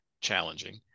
challenging